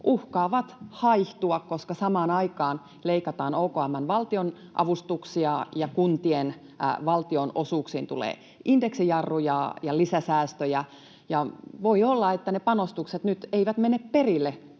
uhkaavat haihtua, koska samaan aikaan leikataan OKM:n valtionavustuksia ja kuntien valtionosuuksiin tulee indeksijarruja ja lisäsäästöjä. Voi olla, että ne panostukset nyt eivät mene perille